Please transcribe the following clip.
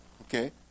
Okay